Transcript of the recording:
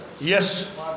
Yes